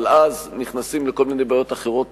אבל אז נכנסים לכל מיני בעיות אחרות,